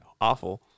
Awful